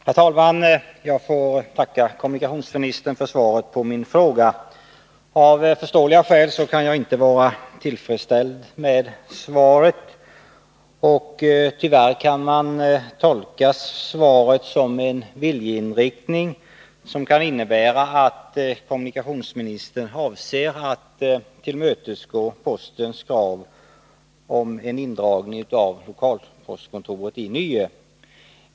Herr talman! Jag får tacka kommunikationsministern för svaret på min fråga. Av förståeliga skäl kan jag inte vara tillfredsställd med det. Man kan tyvärr tolka det som en viljeinriktning från kommunikationsministerns sida att tillmötesgå postverkets krav på en indragning av lokalpostkontoret i Nye.